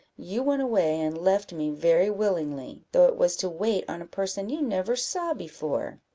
you went away and left me very willingly, though it was to wait on a person you never saw before.